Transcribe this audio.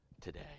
today